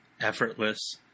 effortless